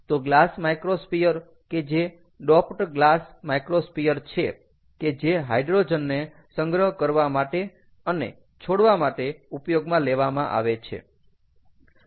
તો glass microsphere કે જે ડોપ્ડ ગ્લાસ માઈક્રોસ્ફિયર છે કે જે હાઇડ્રોજનને સંગ્રહ કરવા માટે અને છોડવા માટે ઉપયોગમાં લેવામાં આવે છે